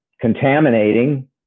contaminating